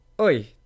Oi